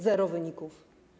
Zero wyników.